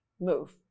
move